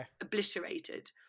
obliterated